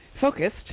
focused